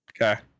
Okay